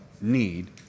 need